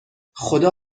خدا